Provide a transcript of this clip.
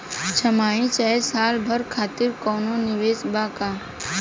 छमाही चाहे साल भर खातिर कौनों निवेश बा का?